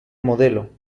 modelo